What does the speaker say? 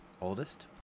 oldest